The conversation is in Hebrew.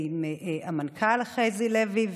עם המנכ"ל חזי לוי,